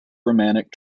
romantic